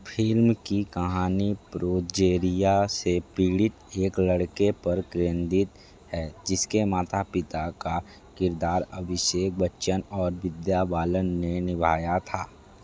film की कहानी progeria से पीड़ित एक लड़के पर केंद्रित है जिसके माता पिता का किरदार अभिषेक बच्चन और विद्या बालन ने निभाया था